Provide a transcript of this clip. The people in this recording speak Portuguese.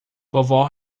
vovó